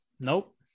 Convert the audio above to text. Nope